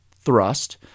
thrust